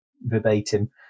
verbatim